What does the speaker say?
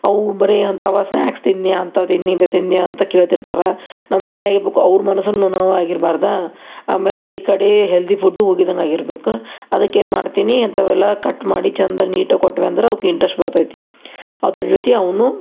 ಅವು ಬರೇ ಅಂಥವು ಸ್ನ್ಯಾಕ್ಸ್ ತಿಂದೆಯಾ ಅಂಥವು ತಿಂದೆಯಾ ಇಂಥವು ತಿಂದೆಯಾ ಅಂತ ಕೇಳ್ತಿರ್ತಾರೆ ನಮಗೆ ಏನಾಗಿರಬೇಕು ಅವ್ರ ಮನಸ್ಸನ್ನು ನೋವಾಗಿರ್ಬಾರ್ದು ಆಮೇಲೆ ಈ ಕಡೆ ಹೆಲ್ದಿ ಫುಡ್ಡೂ ಹೋಗಿದಂಗಾಗಿರಬೇಕು ಅದಕ್ಕೆ ಏನು ಮಾಡ್ತೀನಿ ಅಂಥವೆಲ್ಲ ಕಟ್ ಮಾಡಿ ಚಂದಾಗಿ ನೀಟಾಗಿ ಕೊಟ್ವಿ ಅಂದ್ರೆ ಅವಕ್ಕೆ ಇಂಟ್ರಸ್ಟ್ ಬರ್ತೈತಿ ಅದ್ರ ಜೊತೆ ಅವನ್ನು